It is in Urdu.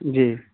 جی